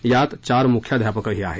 यांत चार मुख्याध्यापकही आहेत